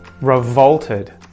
Revolted